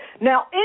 Now